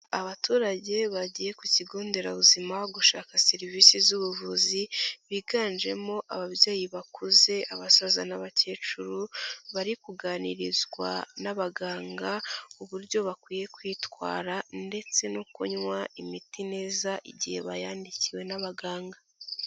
Abaturage bagiye ku kigonderabuzima gushaka serivisi z'ubuvuzi biganjemo ababyeyi bakuze abasaza n'abakecuru, bari kuganirizwa n'abaganga uburyo bakwiye kwitwara ndetse no kunywa imiti neza igihe bayandikiwe n'abaganga.